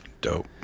Dope